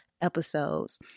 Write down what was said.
episodes